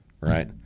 Right